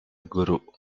guru